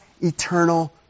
eternal